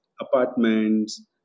apartments